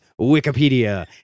Wikipedia